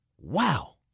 Wow